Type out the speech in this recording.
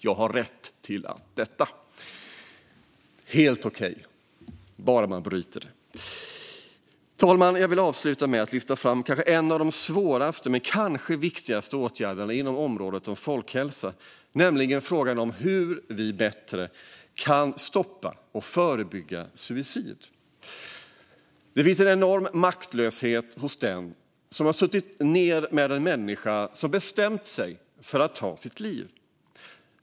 Jag har rätt till detta." Det är helt okej, bara man bryter ensamheten. Fru talman! Jag vill avsluta med att lyfta fram en av de svåraste men kanske viktigaste åtgärderna inom området folkhälsa, nämligen frågan om hur vi bättre kan stoppa och förebygga suicid. Det finns en enorm maktlöshet hos den som har suttit ned med en människa som har bestämt sig för att ta sitt liv.